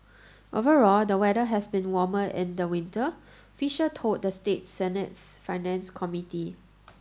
overall the weather has been warmer in the winter Fisher told the state Senate's finance committee